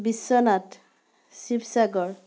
Biswanath Sivasagar